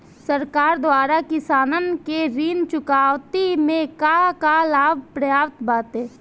सरकार द्वारा किसानन के ऋण चुकौती में का का लाभ प्राप्त बाटे?